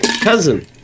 cousin